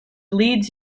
leeds